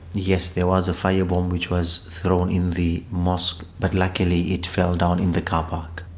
yes, there was a firebomb which was thrown in the mosque, but luckily it fell down in the carpark.